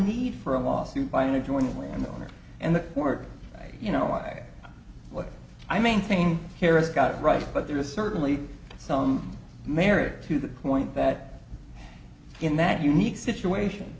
need for a lawsuit by an adjoining when the owner and the court you know i what i maintain here is got it right but there is certainly some merit to that point that in that unique situation